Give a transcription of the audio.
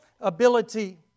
ability